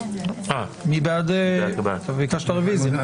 אתה ביקשת רוויזיה.